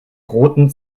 roten